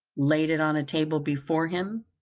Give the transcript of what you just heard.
laid it on a table before him,